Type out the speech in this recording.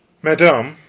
madame,